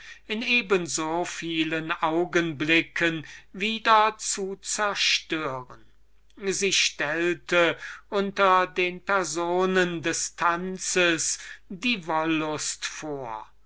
in etlichen augenblicken zu zerstören sie stellte unter den personen des tanzes die wollust vor